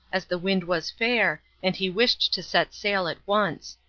as the wind was fair, and he wished to set sail at once.